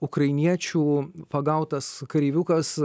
ukrainiečių pagautas kareiviukas